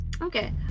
okay